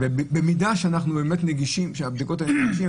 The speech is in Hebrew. במידה שהבדיקות האלה נגישות,